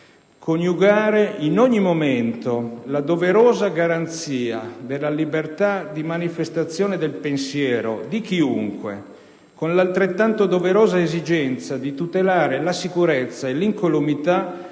coniugare in ogni momento la doverosa garanzia della libertà di manifestazione del pensiero di chiunque con l'altrettanto doverosa esigenza di tutelare la sicurezza e l'incolumità dei